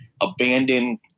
abandoned